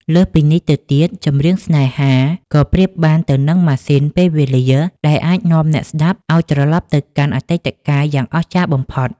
លើសពីនេះទៅទៀត ចម្រៀងស្នេហា ក៏ប្រៀបបានទៅនឹងម៉ាស៊ីនពេលវេលាដែលអាចនាំអ្នកស្ដាប់ឱ្យត្រឡប់ទៅកាន់អតីតកាលយ៉ាងអស្ចារ្យបំផុត។